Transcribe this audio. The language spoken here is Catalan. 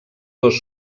dos